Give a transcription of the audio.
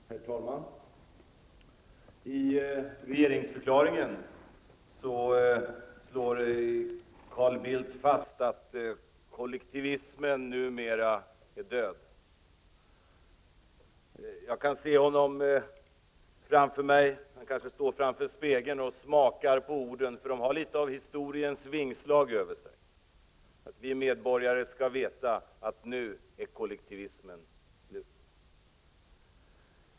Herr talman! I regeringsförklaringen slår Carl Bildt fast att kollektivismen numera är död. Jag kan se honom framför mig. Han kanske står framför spegeln och smakar på orden -- eftersom de har litet av historiens vingslag över sig -- att vi medborgare skall veta att kollektivismen är död.